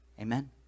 Amen